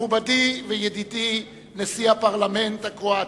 מכובדי וידידי, נשיא הפרלמנט הקרואטי,